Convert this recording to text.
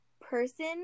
person